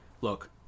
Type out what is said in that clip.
Look—